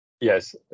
Yes